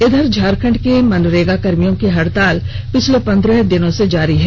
इधर झारखंड के मनरेगा कर्मियों की हड़ताल पिछले पंद्रह दिनों से जारी है